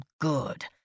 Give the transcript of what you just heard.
good